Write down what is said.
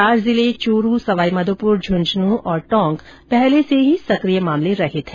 चार जिले चूरू सवाई माधोपुर झुंझुनूं और टोंक पहले से ही सकिय मामले रहित है